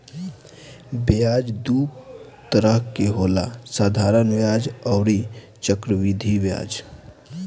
ब्याज दू तरह के होला साधारण ब्याज अउरी चक्रवृद्धि ब्याज